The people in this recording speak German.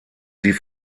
sie